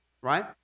right